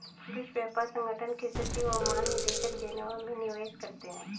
विश्व व्यापार संगठन के सचिव और महानिदेशक जेनेवा में निवास करते हैं